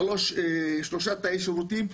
שלושה תאי שירותים,